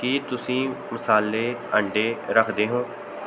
ਕੀ ਤੁਸੀਂ ਮਸਾਲੇ ਅੰਡੇ ਰੱਖਦੇ ਹੋ